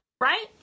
right